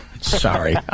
Sorry